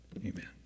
amen